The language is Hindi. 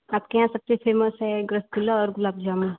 आपके यहाँ सबसे फेमस हैं रसगुल्ला और गुलाब जामुन